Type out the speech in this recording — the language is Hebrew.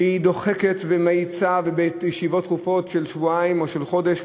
שדוחקת ומאיצה בישיבות דחופות של שבועיים או של חודש,